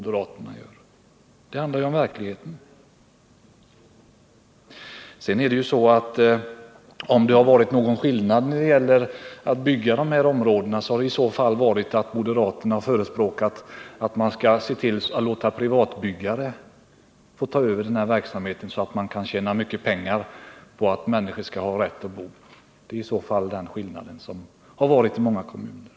Det handlar ju om verkligheten. Om det har varit någon skillnad i inställning till byggandet av de här områdena så är det väl i så fall den, att moderaterna har förespråkat att man skall låta privatbyggare ta över byggverksamheten, så att man kan tjäna mycket pengar på människors rätt att ha någonstans att bo. Det är i så fall den skillnad som funnits i många kommuner.